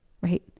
right